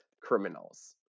criminals